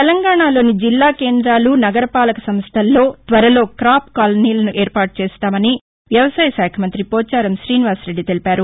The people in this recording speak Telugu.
తెలంగాణాలోని జిల్లా కేంద్రాలు నగరపాలక సంస్థల్లో త్వరలో కాప్కాలనీలను ఏర్పాటు చేస్తామని వ్యవసాయ శాఖ మంత్రి పోచారం శ్రీనివాసరెడ్డి తెలిపారు